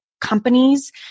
companies